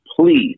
please